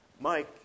Mike